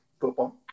football